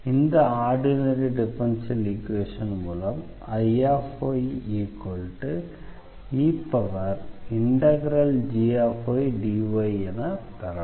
இந்த ordinary differential equation மூலம் Iye∫gydy என பெறலாம்